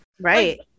Right